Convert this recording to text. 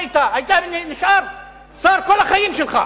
היית נשאר שר כל החיים שלך.